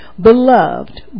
Beloved